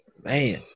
man